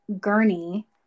Gurney